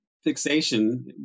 fixation